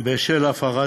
בשל הפרת